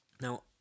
Now